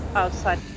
outside